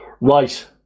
Right